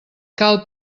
cal